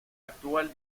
actual